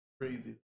crazy